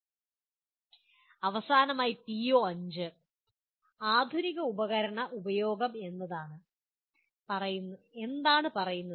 അവസാനമായി PO5 ആധുനിക ഉപകരണ ഉപയോഗം എന്താണ് പറയുന്നത്